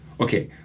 okay